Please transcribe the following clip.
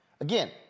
Again